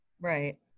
Right